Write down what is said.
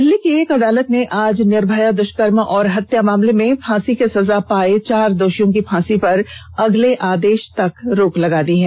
दिल्ली की एक अदालत ने आज निर्भया दुष्कर्म और हत्या मामले में फांसी की सजा पाए चार दोषियों की फांसी पर अगले आदेश तक रोक लगा दी है